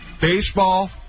baseball